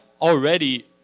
already